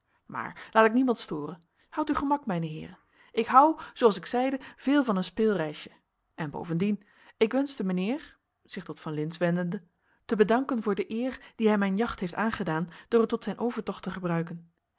maar laat ik niemand storen houdt uw gemak mijne heeren ik hou zooals ik zeide veel van een speelreisje en bovendien ik wenschte mijnheer zich tot van lintz wendende te bedanken voor de eer die hij mijn jacht heeft aangedaan door het tot zijn overtocht te gebruiken